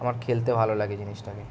আমার খেলতে ভালো লাগে জিনিসটাকে